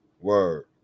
Word